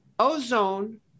Ozone